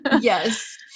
yes